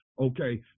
Okay